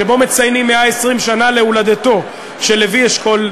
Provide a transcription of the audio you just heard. שבו מציינים 120 שנה להולדתו של לוי אשכול,